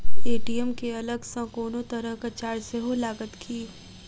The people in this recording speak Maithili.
ए.टी.एम केँ अलग सँ कोनो तरहक चार्ज सेहो लागत की?